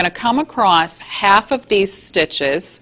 going to come across half of these stitches